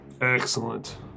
Excellent